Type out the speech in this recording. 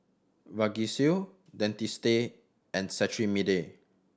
Vagisil Dentiste and Cetrimide